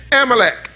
Amalek